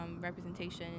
representation